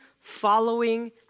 following